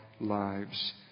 lives